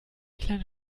kleine